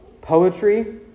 Poetry